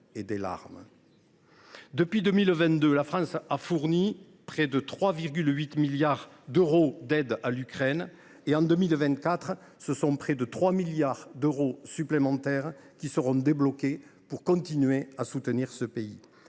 Depuis 2022, la France a fourni près de 3,8 milliards d’euros d’aide à l’Ukraine et, en 2024, ce sont près de 3 milliards d’euros supplémentaires qui seront débloqués pour continuer à soutenir ce pays.